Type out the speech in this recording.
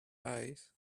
eyes